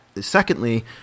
Secondly